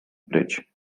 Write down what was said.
bridge